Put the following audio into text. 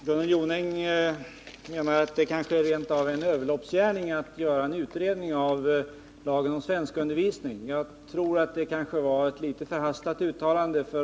Herr talman! Bara några korta kommentarer. Gunnel Jonäng menar att det kanske rent av är en överloppsgärning att göra en utredning i frågan om lagen om svenskundervisning. Jag tror att det kanske är ett något förhastat uttalande.